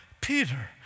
Peter